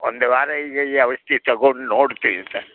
ಒಂದು ವಾರ ಈಗ ಈ ಔಷಧಿ ತಗೊಂಡು ನೋಡ್ತೀವಿ ಸರ್